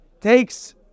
takes